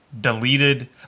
deleted